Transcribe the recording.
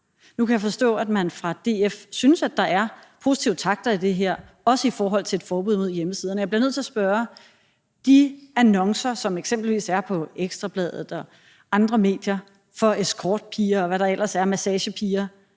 Nu kan jeg forstå, at man fra DF's side synes, at der er positive takter i det her, også i forhold til et forbud mod hjemmesiderne, og jeg bliver nødt til at spørge til de annoncer, som eksempelvis er på Ekstra Bladet og andre medier, for escortpiger, og hvad der ellers er af massagepiger,